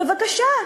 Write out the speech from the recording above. בבקשה,